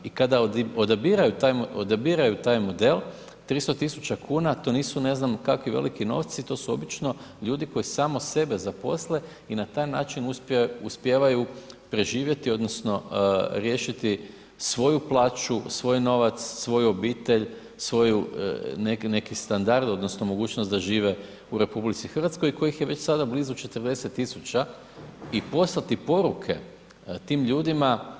I kada odabiraju taj model 300 tisuća kuna to nisu ne znam kakvi veliki novci to su obično ljudi koji samo sebe zaposle i na taj način uspijevaju preživjeti odnosno riješiti svoju plaću, svoj novac, svoju obitelj, svoj neki standard odnosno mogućnost da žive u RH i kojih je već sada blizu 40 tisuća i poslati poruke tim ljudima.